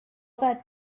that